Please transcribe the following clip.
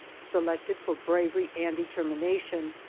selected for bravery and determination.